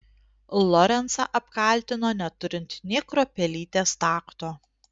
lorencą apkaltino neturint nė kruopelytės takto